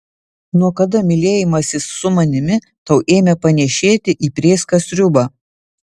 nuo kada mylėjimasis su manimi tau ėmė panėšėti į prėską sriubą